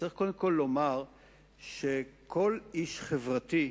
צריך קודם כול לומר שכל איש חברתי,